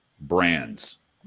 brands